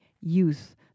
youth